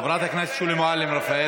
חברת הכנסת שולי מועלם-רפאלי.